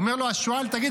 אומר לו השועל: תגיד,